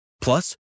Plus